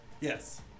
Yes